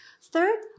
Third